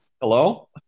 Hello